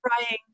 trying